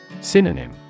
Synonym